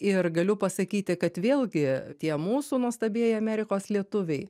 ir galiu pasakyti kad vėlgi tie mūsų nuostabieji amerikos lietuviai